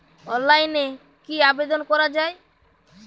অনলাইনে কি আবেদন করা য়ায়?